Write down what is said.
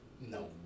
No